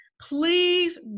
please